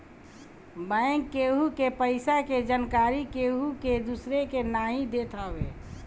bank केहु के पईसा के जानकरी केहू दूसरा के नाई देत हवे